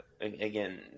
again